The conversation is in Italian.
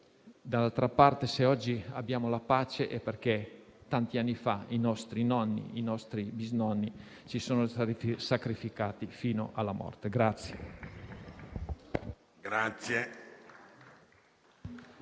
dall'altra parte se oggi abbiamo la pace è perché tanti anni fa i nostri nonni e i nostri bisnonni si sono sacrificati fino alla morte.